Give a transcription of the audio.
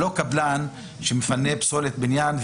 זה לא כמו קבלן שמפנה פסולת בניין,